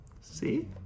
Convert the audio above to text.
See